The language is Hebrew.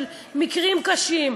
של מקרים קשים,